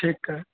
ठीकु आहे